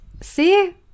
See